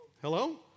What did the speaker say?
Hello